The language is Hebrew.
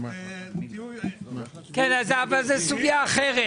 אבל זו סוגיה אחרת.